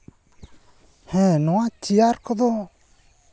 ᱦᱮᱸ ᱱᱚᱣᱟ ᱪᱮᱭᱟᱨ ᱠᱚᱫᱚ